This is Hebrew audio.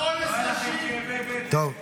--- כאבי בטן.